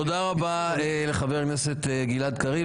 תודה רבה לחבר הכנסת גלעד קריב.